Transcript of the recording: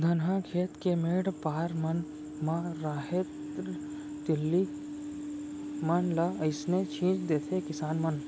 धनहा खेत के मेढ़ पार मन म राहेर, तिली मन ल अइसने छीन देथे किसान मन